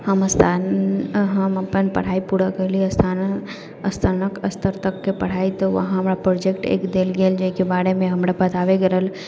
हम सन हम अपन पढ़ाइ पूरा करलियै स्थानक स्नातक स्तर तक के पढ़ाइ तऽ उहाँ हमरा प्रोजेक्ट एक देल गेल जाहिके बारेमे हमरा बताबैके रहल